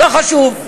לא חשוב.